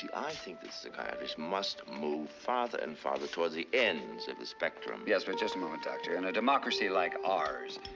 i think that psychiatrists must move farther and farther towards the ends of the spectrum. yes, but just a moment, doctor. in a democracy like ours,